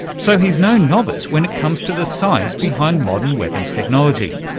so he's no novice when it comes to the science behind modern weapons technology.